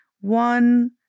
one